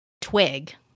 twig